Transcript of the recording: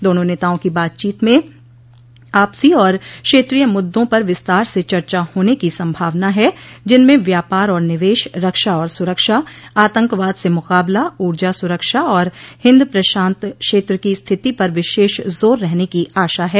दोनों नेताओं की बातचीत में आपसी और क्षेत्रीय मुद्दों पर विस्तार से चर्चा होने की संभावना है जिनमें व्यापार और निवेश रक्षा और सुरक्षा आतंकवाद से मुकाबला ऊर्जा सुरक्षा और हिंद प्रशांत क्षेत्र की स्थिति पर विशेष जोर रहने की आशा है